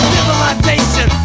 Civilization